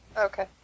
Okay